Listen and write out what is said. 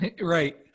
Right